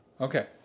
Okay